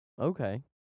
Okay